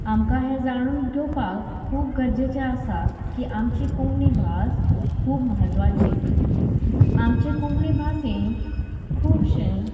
आमकां हें जाणून घेवपाक खूब गरजेचें आसा की आमची कोंकणी भास खूब म्हत्वाची आमचे कोंकणी भाशेंत खुबशे